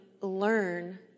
learn